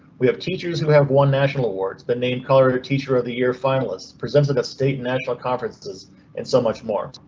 we have teachers who have won national awards. the name color teacher of the year finalists presented a state national conferences and so much more.